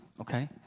okay